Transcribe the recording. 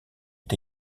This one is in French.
est